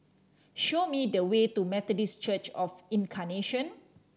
show me the way to Methodist Church Of Incarnation